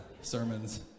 sermons